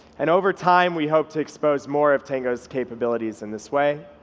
and over time we hope to expose more of tango's capabilities in this way